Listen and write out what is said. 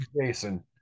Jason